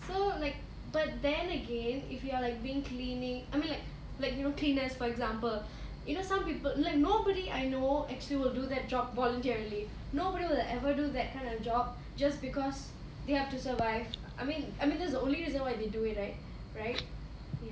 so like but then again if you are like being cleaning I mean like like you know cleaners for example you know some people like nobody I know actually will do that job voluntarily nobody will ever do that kind of job just because they have to survive I mean I mean that's the only reason why they do it right right you know